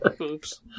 Oops